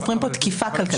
סופרים פה תקיפה כלכלית.